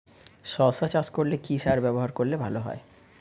শশা চাষ করলে কি সার ব্যবহার করলে ভালো হয়?